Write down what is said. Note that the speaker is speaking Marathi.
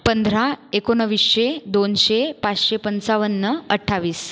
पंधरा एकोणीसशे दोनशे पाचशे पंचावन्न अठ्ठावीस